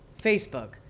Facebook